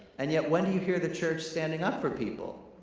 and yet, when do you hear the church standing up for people?